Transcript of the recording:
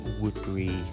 Woodbury